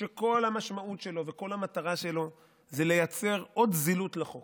שכל המשמעות שלו וכל המטרה שלו זה לייצר עוד זילות לחוק.